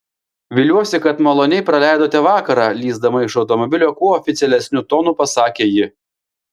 viliuosi kad maloniai praleidote vakarą lįsdama iš automobilio kuo oficialesniu tonu pasakė ji